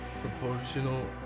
proportional